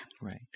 Right